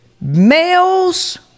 Males